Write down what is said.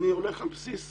אני הולך על בסיס,